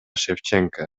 шевченко